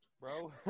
bro